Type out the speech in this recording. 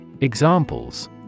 Examples